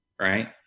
Right